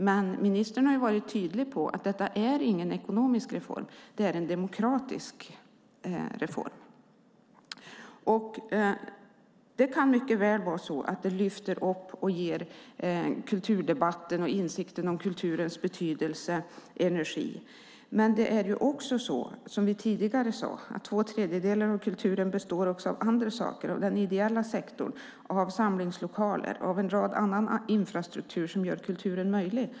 Men ministern har varit tydlig med att detta inte är en ekonomisk reform. Det är en demokratisk reform. Det kan mycket väl vara så att det här innebär ett lyft och ger kulturdebatten och insikten om kulturens betydelse energi. Men som vi tidigare sade består två tredjedelar av kulturen av andra saker, den ideella sektorn, samlingslokaler och annan infrastruktur som gör kulturen möjlig.